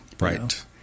Right